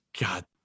God